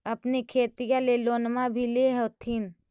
अपने खेतिया ले लोनमा भी ले होत्थिन?